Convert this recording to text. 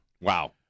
Wow